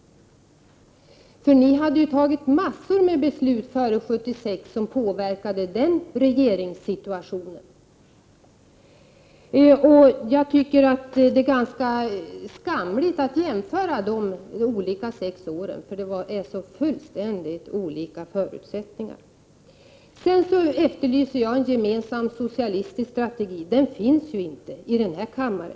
Socialdemokraterna hade ju före 1976 fattat en mängd beslut, som påverkade regeringssituationen under följande sex år. Jag tycker att det är ganska skamligt att jämföra de sex åren med borgerlig regering och de sex följande åren med socialdemokratisk regering. Förutsättningarna var ju helt olika. Jag efterlyser en gemensam socialistisk strategi, men den finns inte i denna kammare.